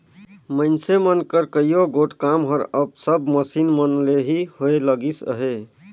मइनसे मन कर कइयो गोट काम हर अब सब मसीन मन ले ही होए लगिस अहे